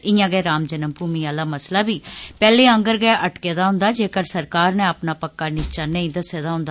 इयां गै रामजन्मभूमि आला मसला बी पैहले आंगर गै अटके दा ह्न्दा जेकर सरकार नै अपना पक्का निश्चा नेंई दस्से दा हन्दा